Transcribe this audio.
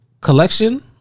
collection